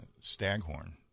staghorn